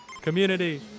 community